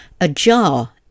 ajar